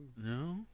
No